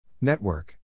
Network